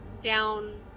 down